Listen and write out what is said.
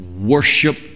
Worship